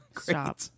Stop